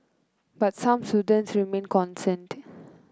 but some students remain concerned